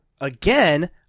again